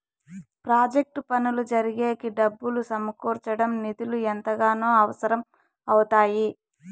project పనులు జరిగేకి డబ్బులు సమకూర్చడం నిధులు ఎంతగానో అవసరం అవుతాయి